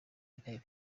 intebe